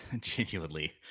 genuinely